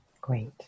Great